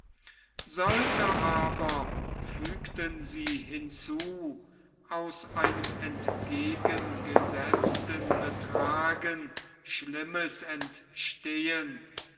sollte aber fügten sie hinzu aus einem entgegengesetzten betragen schlimmes entstehen